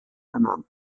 ernannt